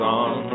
on